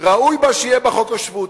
ראוי שיהיה בה חוק השבות.